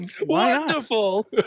Wonderful